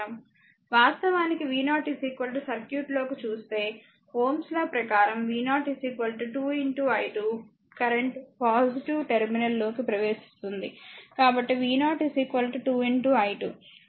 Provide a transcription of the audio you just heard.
వాస్తవానికి v0 సర్క్యూట్లోకి చూస్తే Ω's లా ప్రకారం v0 2 i2 current positive terminal లోకి ప్రవేశిస్తుంది కాబట్టి v0 2 i2